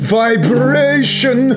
vibration